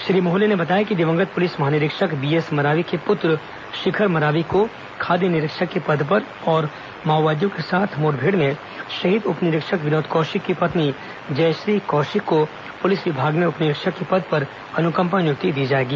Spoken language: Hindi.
श्री मोहले ने बताया कि दिवंगत पुलिस महानिरीक्षक बीएस मरावी के पूत्र शिखर मरावी को खाद्य निरीक्षक के पद पर और माओवादियों के साथ मुठभेड़ में शहीद उप निरीक्षक विनोद कौशिक की पत्नी जयश्री कौशिक को पुलिस विभाग में उप निरीक्षक के पद पर अनुकंपा नियुक्ति दी जाएगी